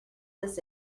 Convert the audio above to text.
this